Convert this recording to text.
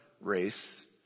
race